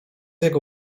jego